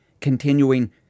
continuing